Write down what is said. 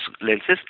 lenses